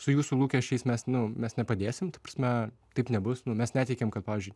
su jūsų lūkesčiais mes nu mes nepadėsim ta prasme taip nebus nu mes netikim kad pavyzdžiui